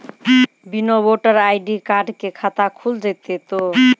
बिना voter ID card के खाता खुल जैते तो?